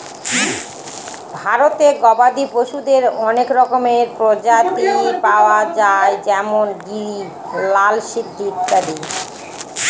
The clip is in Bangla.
ভারতে গবাদি পশুদের অনেক রকমের প্রজাতি পাওয়া যায় যেমন গিরি, লাল সিন্ধি ইত্যাদি